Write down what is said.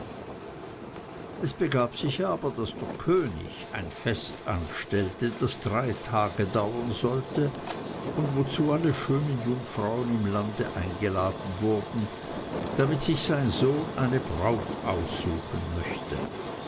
es begab sich aber daß der könig ein fest anstellte das drei tage dauern sollte und wozu alle schönen jungfrauen im lande eingeladen wurden damit sich sein sohn eine braut aussuchen möchte